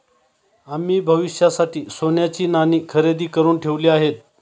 आम्ही भविष्यासाठी सोन्याची नाणी खरेदी करुन ठेवली आहेत